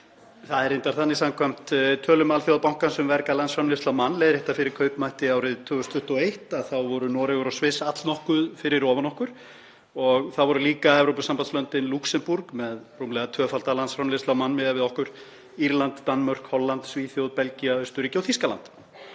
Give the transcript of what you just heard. Það er reyndar þannig samkvæmt tölum Alþjóðabankans um verga landsframleiðslu á mann, leiðrétta fyrir kaupmætti árið 2021, að þá voru Noregur og Sviss allnokkuð fyrir ofan okkur. Og það voru líka Evrópusambandslöndin Lúxemborg, með rúmlega tvöfalda landsframleiðslu á mann miðað við okkur, Írland, Danmörk, Holland, Svíþjóð, Belgía, Austurríki og Þýskaland.